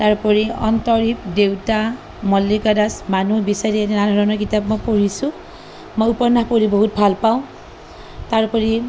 তাৰ উপৰি অন্তৰীপ দেউতা মল্লিকা দাস মানুহ বিচাৰি এনে নানা ধৰণৰ কিতাপ মই পঢ়িছোঁ মই উপন্য়াস পঢ়ি বহুত ভালপাওঁ তাৰ উপৰি